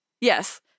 yes